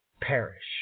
perish